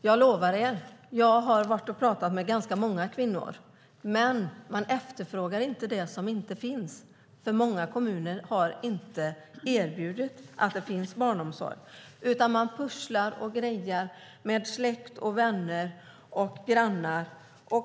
Jag lovar er! Jag har pratat med många kvinnor, men de efterfrågar inte det som inte finns. Många kommuner har inte erbjudit barnomsorg. De pusslar med släkt, vänner och grannar.